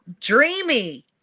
dreamy